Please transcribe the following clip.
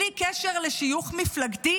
בלי קשר לשיוך מפלגתי?